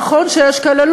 זה נכון שיש כאלה.